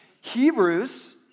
Hebrews